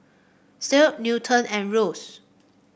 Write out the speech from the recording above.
Kirt Newton and Rose